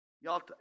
Y'all